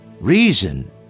Reason